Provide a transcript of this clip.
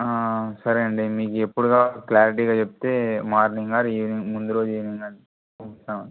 ఆ సరే అండి మీకు ఎప్పుడుకావాలి క్లారిటీగా చెప్తే మార్నింగ్ ఆర్ ఈవినింగ్ ముందు రోజు ఈవినింగైనా ఇస్తాం